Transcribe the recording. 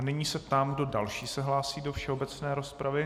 Nyní se ptám, kdo další se hlásí do všeobecné rozpravy.